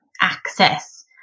access